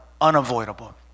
unavoidable